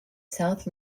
south